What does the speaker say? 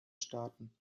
staaten